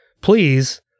Please